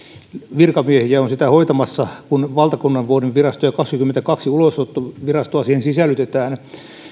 virkamiehiä sitä hoitamassa kun valtakunnanvoudinvirasto ja kaksikymmentäkaksi ulosottovirastoa siihen sisällytetään